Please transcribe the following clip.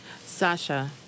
Sasha